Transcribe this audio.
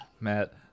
Matt